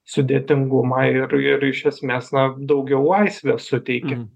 sudėtingumą ir ir iš esmės na daugiau laisvės suteikia